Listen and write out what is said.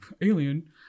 alien